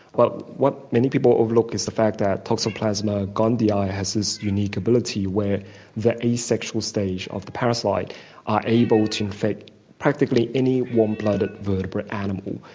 but what many people overlook is the fact that toxoplasma gondii ah has this unique ability where the asexual stage of the parasite are able to infect practically any warm blooded vertebrate animal.